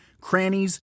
crannies